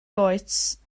goets